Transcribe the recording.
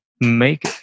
make